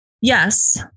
Yes